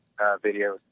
videos